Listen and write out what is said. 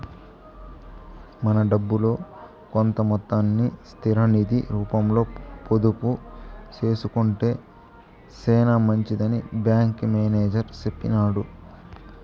మన డబ్బుల్లో కొంత మొత్తాన్ని స్థిర నిది రూపంలో పొదుపు సేసుకొంటే సేనా మంచిదని బ్యాంకి మేనేజర్ సెప్పినారు